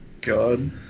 God